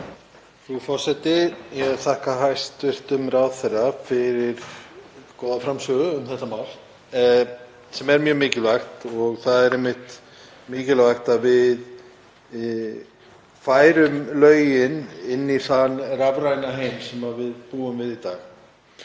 Frú forseti. Ég þakka hæstv. ráðherra fyrir góða framsögu um þetta mál sem er mjög mikilvægt. Það er einmitt mikilvægt að við færum lögin inn í þann rafræna heim sem við búum við í dag.